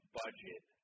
budget